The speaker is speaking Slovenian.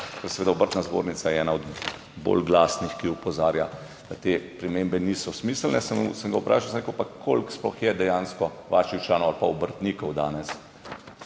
ker seveda Obrtna zbornica je ena od bolj glasnih, ki opozarja, da te spremembe niso smiselne. Sem ga vprašal, sem rekel, pa koliko sploh je dejansko vaših članov ali pa obrtnikov danes